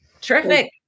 Terrific